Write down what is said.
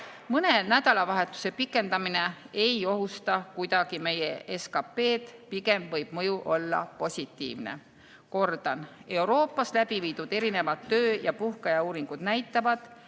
Mõne nädalavahetuse pikendamine ei ohusta kuidagi meie SKP-d, pigem võib mõju olla positiivne. Kordan: Euroopas läbi viidud erinevad töö- ja puhkeaja uuringud näitavad,